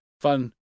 fun